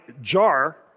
jar